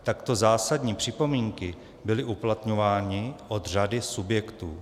Takto zásadní připomínky byly uplatňovány od řady subjektů.